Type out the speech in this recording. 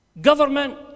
Government